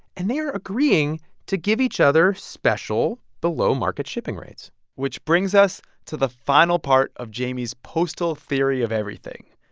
and they're agreeing to give each other special below-market shipping rates which brings us to the final part of jayme's postal theory of everything.